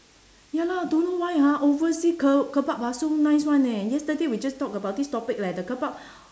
ya lah don't know why ah oversea ke~ kebab so nice [one] eh yesterday we just talk about this topic leh the kebab